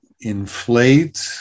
inflate